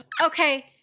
okay